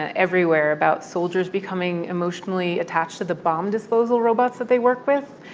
ah everywhere about soldiers becoming emotionally attached to the bomb disposal robots that they work with.